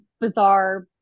bizarre